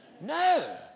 No